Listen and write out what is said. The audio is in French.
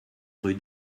rue